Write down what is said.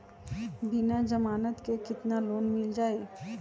बिना जमानत के केतना लोन मिल जाइ?